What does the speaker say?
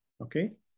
Okay